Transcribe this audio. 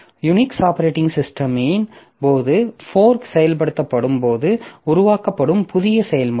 Unix operating சிஸ்டமின் போது fork செயல்படுத்தப்படும் போது உருவாக்கப்படும் புதிய செயல்முறை